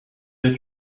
êtes